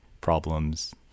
problems